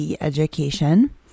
education